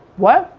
what?